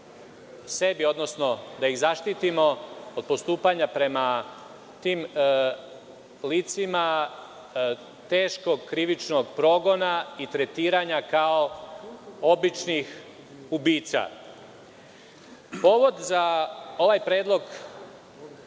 sebi, odnosno da ih zaštitimo od postupanja prema tim licima teškog krivičnog progona i tretiranja kao običnih ubica. Povod za ovaj predlog